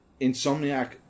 Insomniac